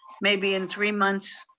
maybe in three months?